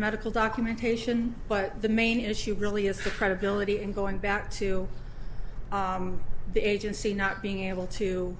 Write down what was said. medical documentation but the main issue really is her credibility and going back to the agency not being able to